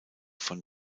von